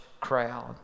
crowd